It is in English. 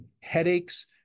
Headaches